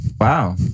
Wow